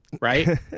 right